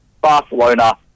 Barcelona